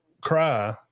cry